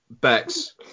Bex